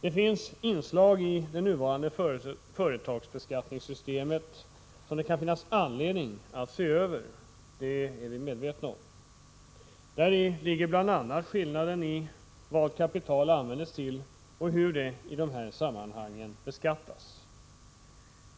Det finns inslag i det nuvarande företagsbeskattningssystemet som det kan vara anledning att se över. Det är vi medvetna om. Bl. a. gäller det skillnaden i vad kapital användes till och hur det i dessa sammanhang beskattas.